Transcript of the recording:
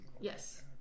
Yes